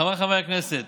חבריי חברי הכנסת,